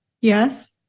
yes